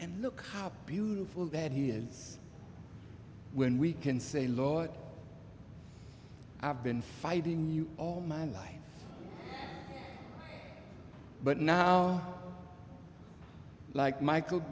and look how beautiful that he is when we can say a lot i've been fighting you all my life but now like m